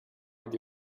with